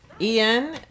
Ian